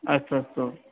अस्तु अस्तु